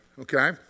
Okay